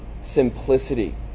simplicity